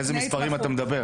על איזה מספרים אתה מדבר